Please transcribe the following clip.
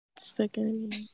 Second